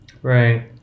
Right